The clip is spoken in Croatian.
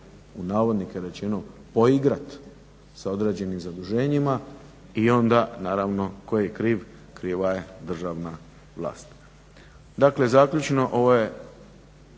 znaju se "poigrati" sa određenim zaduženjima i onda naravno tko je kriv, kriva je državna vlast. Dakle zaključno, ove